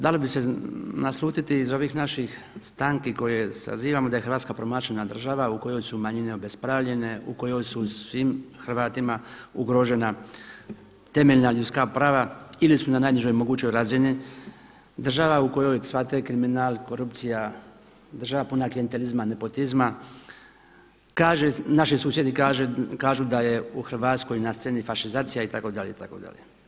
Dalo bi se naslutiti iz ovih naših stanki koje sazivamo da je Hrvatska promašena država u kojoj su manjine obespravljene u kojoj su svim Hrvatima ugrožena temeljna ljudska prava ili su na najnižoj mogućoj razini, država u kojoj cvate kriminal, korupcija, država puna klijentelizma, nepotizma, naši susjedi kažu da je u Hrvatskoj na sceni fašizacija itd., itd.